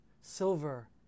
silver